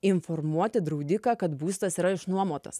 informuoti draudiką kad būstas yra išnuomotas